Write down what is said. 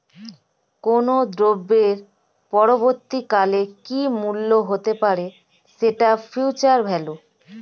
কোনো দ্রব্যের পরবর্তী কালে কি মূল্য হতে পারে, সেটা ফিউচার ভ্যালু